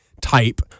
type